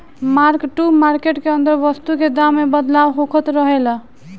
mark to market के अंदर वस्तु के दाम में बदलाव होखत रहेला